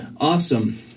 Awesome